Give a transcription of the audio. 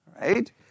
Right